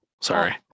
sorry